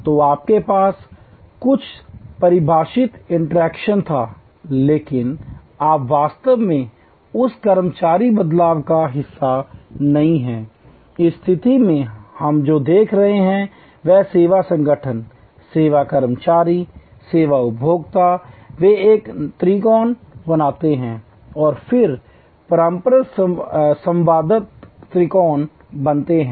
तो आपके पास कुछ परिभाषित इंटरैक्शन था लेकिन आप वास्तव में उस कर्मचारी बदलाव का हिस्सा नहीं हैं इस स्थिति में हम जो देख रहे हैं वह सेवा संगठन सेवा कर्मचारी सेवा उपभोक्ता हैं वे एक त्रिकोण बनाते हैं और फिर परस्पर संवादात्मक त्रिकोण बनाते हैं